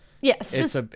Yes